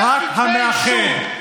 רב המאחד,